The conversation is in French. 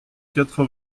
quatre